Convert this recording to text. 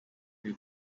who